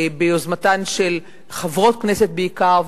ביוזמתן של חברות כנסת בעיקר,